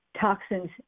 Toxins